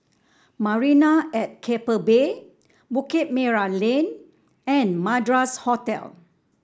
Marina at Keppel Bay Bukit Merah Lane and Madras Hotel